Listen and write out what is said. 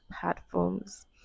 platforms